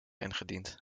ingediend